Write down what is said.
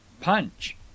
punch